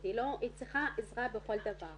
היא צריכה עזרה בכל דבר,